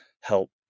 help